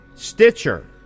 Stitcher